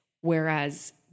Whereas